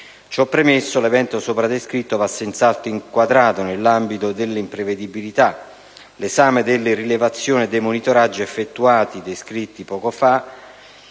Ciò premesso, l'evento sopra descritto va senz'altro inquadrato nell'ambito dell'imprevedibilità. L'esame delle rilevazioni e dei monitoraggi effettuati e descritti poco fa